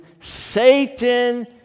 Satan